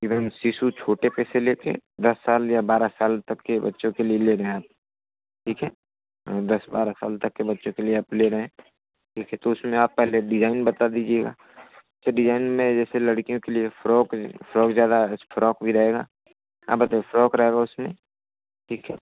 एक दम शिशु छोटे पर से लेकर दस साल या बारा साल तक के बच्चों के लिए ले रहें आप ठीक है दस बारह साल तक के बच्चों के लिए आप ले रहे हैं देखिए तो उसमें आप पहले डिजाइन बता दीजिएगा फिर डिजाइन में जैसे लड़कियों के लिए फ्रॉक हैं फ्रॉक ज़्यादा अच्छा फ्रॉक भी रहेगा आप बताइए फ्रॉक रहेगा उसमें ठीक है